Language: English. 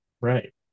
Right